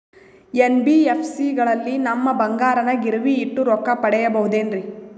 NBFC ಗಳಲ್ಲಿ ನಮ್ಮ ಬಂಗಾರನ ಗಿರಿವಿ ಇಟ್ಟು ರೊಕ್ಕ ಪಡೆಯಬಹುದೇನ್ರಿ?